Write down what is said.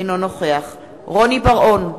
אינו נוכח רוני בר-און,